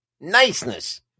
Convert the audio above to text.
niceness